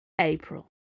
April